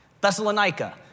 Thessalonica